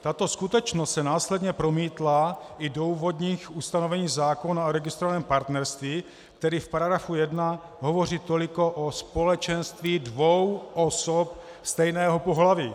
Tato skutečnost se následně promítla i do úvodních ustanovení zákona o registrovaném partnerství, který v § 1 hovoří toliko o společenství dvou osob stejného pohlaví.